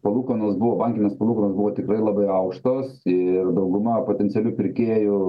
palūkanos buvo bankinės palūkanos buvo tikrai labai aukštos ir dauguma potencialių pirkėjų